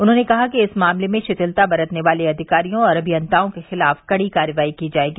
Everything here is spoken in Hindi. उन्होंने कहा कि इस मामले में रिथिलता बरतने वाले अधिकारियों और अभियंताओं के खिलाफ कड़ी कार्रवाई की जायेगी